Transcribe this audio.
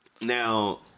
Now